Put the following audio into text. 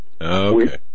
Okay